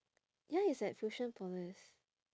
ya it's at fusionopolis